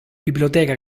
biblioteca